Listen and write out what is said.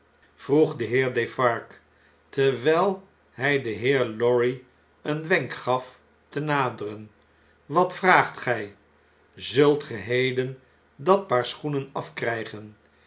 vroeg de heer defarge terwn'l hn den heer lorry een wenk gaf te naderen awat vraagt gn zult ge heden dat paar schoenen af